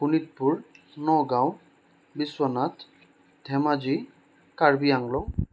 Sonitpur Nagaon Biswanath Dhemaji Karbi Anglong